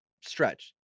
stretch